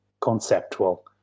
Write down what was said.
conceptual